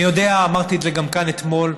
אני יודע, ואמרתי את זה גם כאן אתמול,